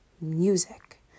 music